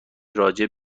راجع